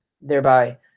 thereby